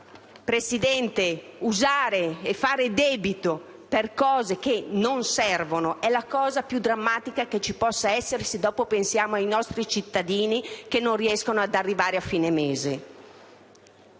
utilizzate, ma fare debito per cose che non servono è quanto di più drammatico ci possa essere, se pensiamo ai nostri cittadini che non riescono ad arrivare a fine mese.